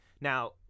Now